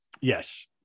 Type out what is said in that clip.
Yes